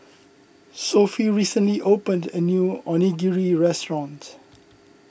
Sophie recently opened a new Onigiri restaurant